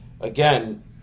Again